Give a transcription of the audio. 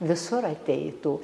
visur ateitų